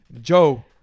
Joe